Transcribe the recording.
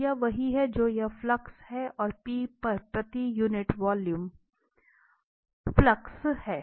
तो यह वही है जो यह फ्लक्स है और P पर प्रति यूनिट वॉल्यूम फ्लक्स है